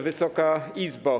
Wysoka Izbo!